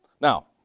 Now